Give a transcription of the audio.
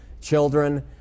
children